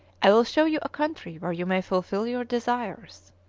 i will show you a country where you may fulfil your desires.